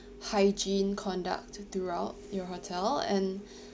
hygiene conduct throughout your hotel and